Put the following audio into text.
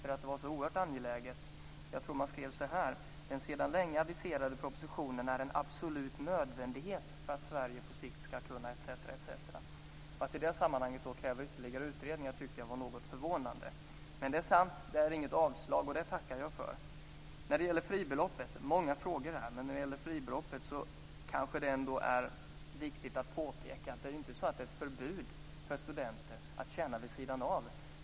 Jag tror att de skrev så här: Den sedan länge aviserade propositionen är en absolut nödvändighet för att Sverige på sikt ska kunna -. Att i det sammanhanget kräva ytterligare utredningar tycker jag är något förvånande. Men det är sant - det är inget avslag. Det tackar jag för. Jag får många frågor här. När det gäller fribeloppet kanske det är viktigt att påpeka att det inte finns något förbud för studenter att tjäna pengar vid sidan av.